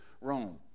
Rome